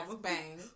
bang